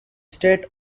state